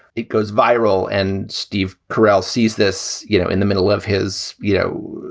it goes viral. and steve carell sees this, you know, in the middle of his, you know,